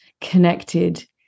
connected